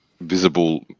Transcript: visible